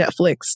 Netflix